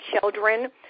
children